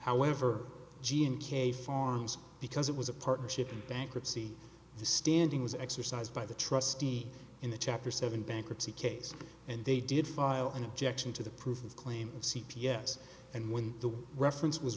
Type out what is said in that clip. however g and k farms because it was a partnership in bankruptcy the standing was exercised by the trustee in the chapter seven bankruptcy case and they did file an objection to the proof of claim c p s and when the reference was